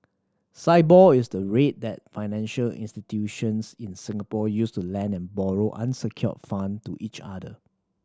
Sibor is the rate that financial institutions in Singapore use to lend and borrow unsecured fund to each other